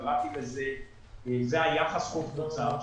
קראתי לזה יחס חוב תוצר.